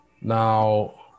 Now